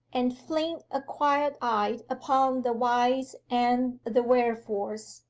and fling a quiet eye upon the whys and the wherefores,